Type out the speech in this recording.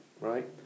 right